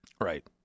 Right